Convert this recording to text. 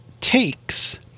takes